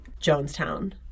Jonestown